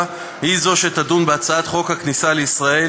היא זו שתדון בהצעת חוק הכניסה לישראל